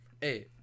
hey